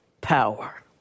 power